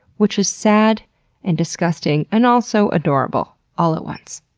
which is sad and disgusting, and also adorable all at once.